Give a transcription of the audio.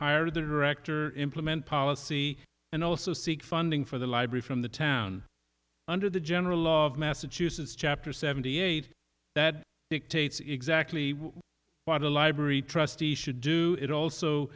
hire the director implement policy and also seek funding for the library from the town under the general law of massachusetts chapter seventy eight that dictates exactly what a library trustee should do it also